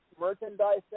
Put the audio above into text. merchandise